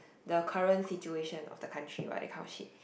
the current situation of the country right how shit